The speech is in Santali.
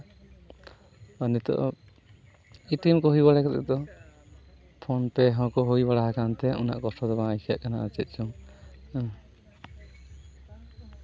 ᱟᱨ ᱱᱤᱛᱳᱜ ᱫᱚ ᱮᱴᱤᱭᱮᱢ ᱠᱚ ᱦᱩᱭ ᱵᱟᱲᱟ ᱠᱟᱛᱮ ᱫᱚ ᱯᱷᱳᱱ ᱯᱮ ᱦᱚᱸᱠᱚ ᱦᱩᱭ ᱵᱟᱲᱟ ᱟᱠᱟᱱ ᱛᱮ ᱩᱱᱟᱹᱜ ᱠᱚᱥᱴᱚ ᱫᱚ ᱵᱟᱝ ᱟᱹᱭᱠᱟᱹᱜ ᱠᱟᱱᱟ ᱪᱮᱫ ᱪᱚᱝ ᱦᱮᱸ